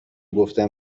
گفتم